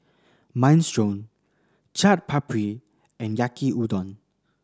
Minestrone Chaat Papri and Yaki Udon